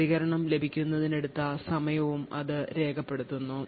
പ്രതികരണം ലഭിക്കുന്നതിന് എടുത്ത സമയവും ഇത് രേഖപ്പെടുത്തുന്നു